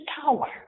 tower